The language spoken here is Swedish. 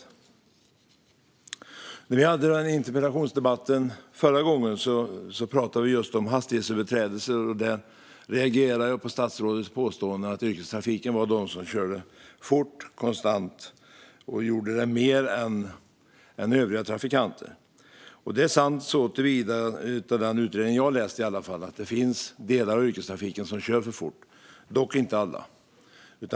Förra gången vi hade en interpellationsdebatt pratade vi om hastighetsöverträdelser, och jag reagerade på statsrådets påstående att det är yrkestrafiken som konstant kör fort och som gör det mer än övriga trafikanter. Det är sant, i alla fall enligt den utredning som jag har läst, att det finns delar av yrkestrafiken som kör för fort, dock inte alla.